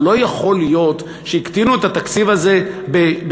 הלוא לא יכול להיות שהקטינו את התקציב הזה בשני-שלישים,